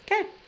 Okay